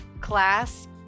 class